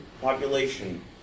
population